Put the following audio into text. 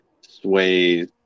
sway